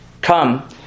Come